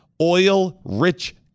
oil-rich